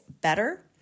better